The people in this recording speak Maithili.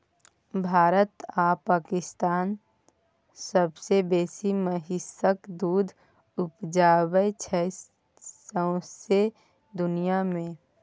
भारत आ पाकिस्तान सबसँ बेसी महिषक दुध उपजाबै छै सौंसे दुनियाँ मे